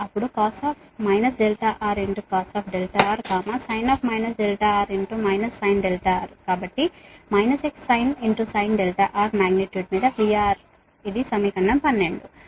అప్పుడు cos cos R sin sin R కాబట్టి Xsin sin R magnitude మీద VR ఇది సమీకరణం 12